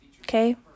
Okay